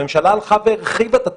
הממשלה הלכה והרחיבה את התקנות.